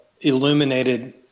illuminated